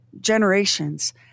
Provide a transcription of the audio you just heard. generations